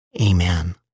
Amen